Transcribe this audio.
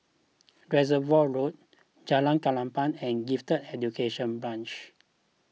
Reservoir Road Jalan Klapa and Gifted Education Branch